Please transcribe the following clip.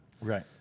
Right